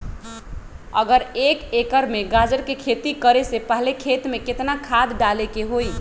अगर एक एकर में गाजर के खेती करे से पहले खेत में केतना खाद्य डाले के होई?